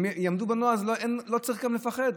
אם יעמדו בנוהל, אז גם לא צריך לפחד.